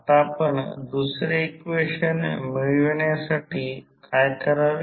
आता आपण दुसरे इक्वेशन मिळविण्यासाठी काय करावे